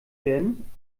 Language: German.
werden